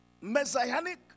messianic